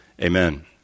amen